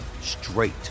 straight